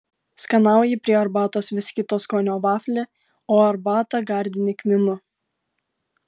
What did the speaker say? skanauji prie arbatos vis kito skonio vaflį o arbatą gardini kmynu